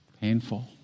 painful